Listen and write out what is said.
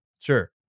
sure